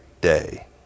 day